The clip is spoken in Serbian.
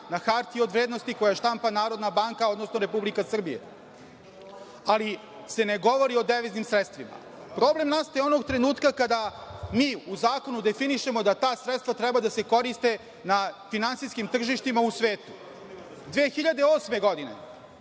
na hartije od vrednosti koje štampa Narodna banka odnosno Republika Srbija, ali se ne govori o deviznim sredstvima. Problem nastaje onog trenutka kada mi u zakonu definišemo da ta sredstva treba da se koriste na finansijskim tržištima u svetu. Godine